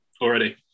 already